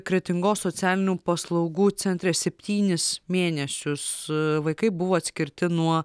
kretingos socialinių paslaugų centre septynis mėnesius vaikai buvo atskirti nuo